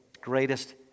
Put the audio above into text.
greatest